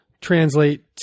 translate